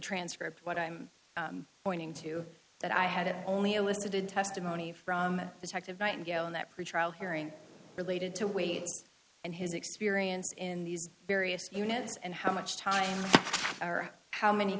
transcript what i'm pointing to that i had only elicited testimony from detective nightingale in that pretrial hearing related to weight and his experience in the various units and how much time how many